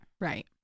right